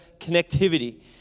Connectivity